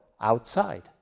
outside